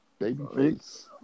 Babyface